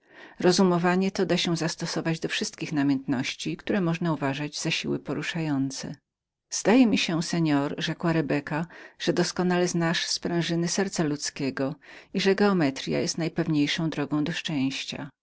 rozumowanie to da się zastosować do wszystkich namiętności które można uważać jako siły poruszające zdaje mi się rzekła rebeka że pan doskonale znasz sprężyny serca ludzkiego i że geometrya jest najpewniejszą drogą do szczęścia